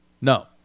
No